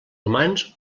humans